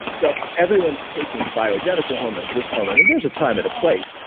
so, everyone's taking bioidentical hormones, this hormone, and there's a time and a place,